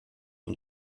und